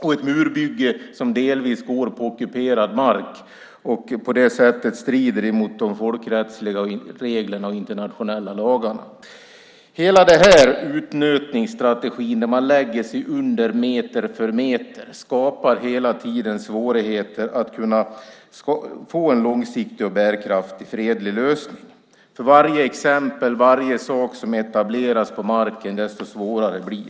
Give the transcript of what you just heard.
Och det är ett murbygge som delvis sker på ockuperad mark och på det sättet strider mot de folkrättsliga reglerna och internationella lagarna. Hela den här utnötningsstrategin där man lägger under sig meter för meter skapar hela tiden svårigheter att få en långsiktig och bärkraftig fredlig lösning. För varje exempel, varje sak som etableras på marken blir det desto svårare.